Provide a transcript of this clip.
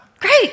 Great